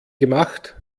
gemacht